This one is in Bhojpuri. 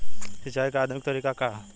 सिंचाई क आधुनिक तरीका का ह?